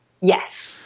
Yes